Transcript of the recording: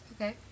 Okay